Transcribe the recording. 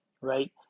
Right